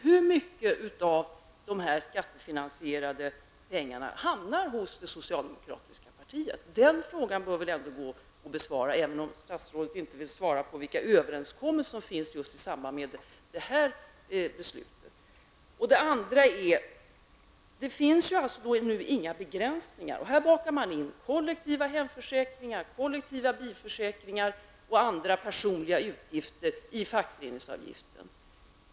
Hur mycket av dessa pengar hamnar hos det socialdemokratiska partiet? Den frågan bör gå att besvara, även om statsrådet inte vill svara på vilka överenskommelser som finns i samband med det här beslutet. Nu finns alltså inga begränsningar. Här bakar man in kollektiva hemförsäkringar, kollektiva bilförsäkringar och andra personliga utgifter i fackföreningsavgiften.